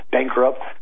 Bankrupt